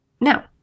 now